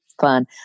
fun